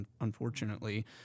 unfortunately